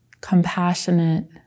compassionate